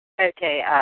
Okay